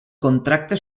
contracte